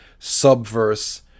subverse